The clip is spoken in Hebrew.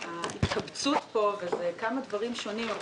ההתקבצות פה נוגעת לכמה דברים שונים,